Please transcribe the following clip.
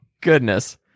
goodness